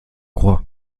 croix